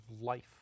life